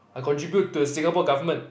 I contribute to the Singapore government